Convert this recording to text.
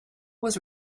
was